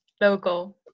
Local